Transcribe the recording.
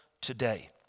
today